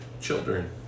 children